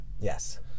Yes